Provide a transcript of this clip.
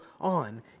on